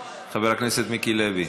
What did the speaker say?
חבר הכנסת מיקי לוי,